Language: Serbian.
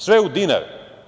Sve u dinar.